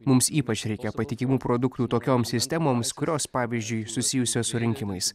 mums ypač reikia patikimų produktų tokioms sistemoms kurios pavyzdžiui susijusios su rinkimais